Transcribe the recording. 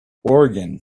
organ